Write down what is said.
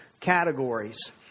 categories